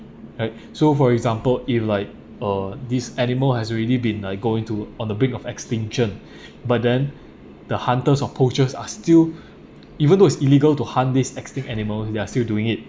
act~ so for example if like uh this animal has already been uh going to on the brink of extinction but then the hunter of poachers are still even though is illegal to harm this extinct animal they're still doing it